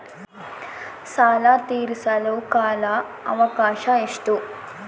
ಸಾಲ ತೇರಿಸಲು ಕಾಲ ಅವಕಾಶ ಎಷ್ಟು?